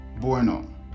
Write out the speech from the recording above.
bueno